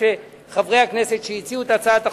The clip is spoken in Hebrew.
שהציעו חברי הכנסת שהציעו את הצעת החוק,